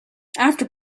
after